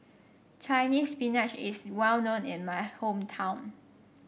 Chinese Spinach is well known in my hometown